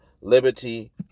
liberty